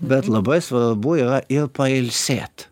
bet labai svarbu ir pailsėt